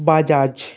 Bajaj